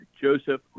Joseph